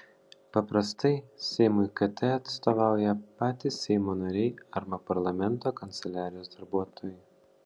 paprastai seimui kt atstovauja patys seimo nariai arba parlamento kanceliarijos darbuotojai